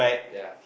ya